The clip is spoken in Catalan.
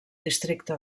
districte